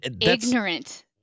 ignorant